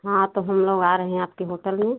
हाँ तो हम लोग आ रहें है आपके होटल में